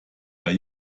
bei